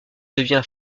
devient